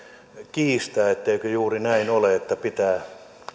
kiistää etteikö juuri näin ole että pitää